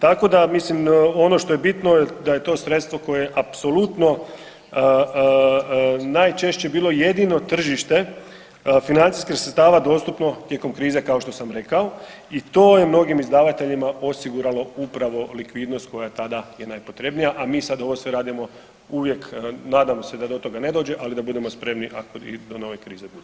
Tako da, mislim ono što je bitno je da je to sredstvo koje je apsolutno najčešće bilo jedino tržište financijskih sredstava dostupno tijekom krize, kao što sam rekao i to je mnogim izdavateljima osiguralo upravo likvidnost koja je tada je najpotrebnija, a mi sad ovo sve radimo uvijek, nadamo se da do toga ne dođe, ali da budemo spremni ako i do nove krize dođe.